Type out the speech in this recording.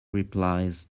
replies